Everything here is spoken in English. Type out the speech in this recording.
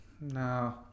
No